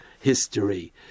history